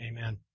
Amen